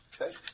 Okay